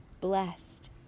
Blessed